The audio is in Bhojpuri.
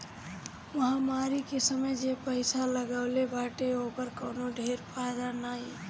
महामारी के समय जे पईसा लगवले बाटे ओकर कवनो ढेर फायदा नाइ बाटे